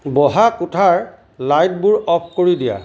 বহা কোঠাৰ লাইটবোৰ অফ কৰি দিয়া